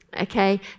okay